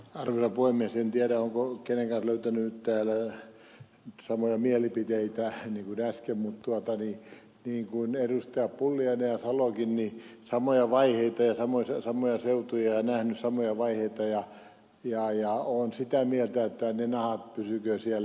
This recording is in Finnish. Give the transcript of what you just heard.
en tiedä olenko kenenkään kanssa löytänyt täällä samoja mielipiteitä hän käski mun tuotto oli niin kuin äsken mutta niin kuin edustajat pulliainen ja salokin samoja seutuja olen nähnyt samoja vaiheita ja olen sitä mieltä että ne nahat pysykööt siellä